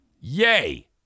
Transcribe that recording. Yay